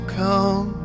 come